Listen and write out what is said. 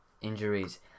injuries